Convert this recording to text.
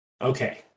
Okay